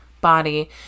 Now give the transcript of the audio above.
body